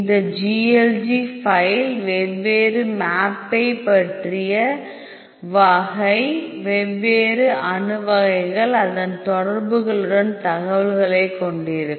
இந்த GLG file வெவ்வேறு மேப்பைப் பற்றிய வகை வெவ்வேறு அணு வகைகள் அதன் தொடர்புகளுடன் தகவல்களைக் கொண்டிருக்கும்